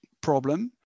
problem